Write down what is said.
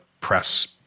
press